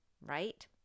right